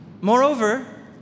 Moreover